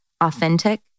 authentic